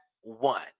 one